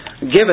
given